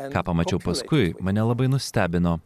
ką pamačiau paskui mane labai nustebino